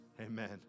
Amen